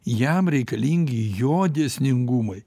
jam reikalingi jo dėsningumai